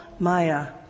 maya